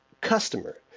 customer